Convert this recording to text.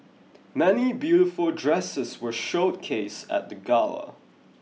many beautiful dresses were showcased at the gala